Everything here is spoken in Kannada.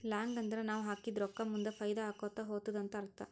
ಲಾಂಗ್ ಅಂದುರ್ ನಾವ್ ಹಾಕಿದ ರೊಕ್ಕಾ ಮುಂದ್ ಫೈದಾ ಆಕೋತಾ ಹೊತ್ತುದ ಅಂತ್ ಅರ್ಥ